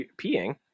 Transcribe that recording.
peeing